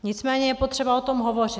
Nicméně je potřeba o tom hovořit.